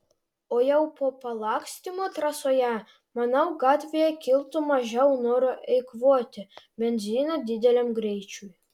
o jau po palakstymo trasoje manau gatvėje kiltų mažiau noro eikvoti benziną dideliam greičiui